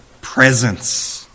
presence